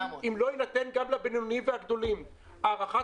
אם לא תינתן גם לבינוניים ולגדולים הארכת